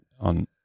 on